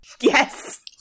Yes